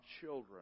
children